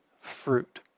fruit